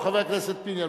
חבר הכנסת פיניאן,